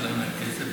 משלם להם כסף,